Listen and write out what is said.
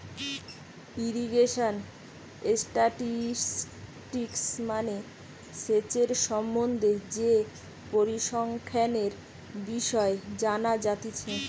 irrigation statistics মানে সেচের সম্বন্ধে যে পরিসংখ্যানের বিষয় জানা যাতিছে